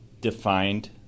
defined